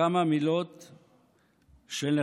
בכמה מילות נחמה.